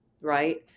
Right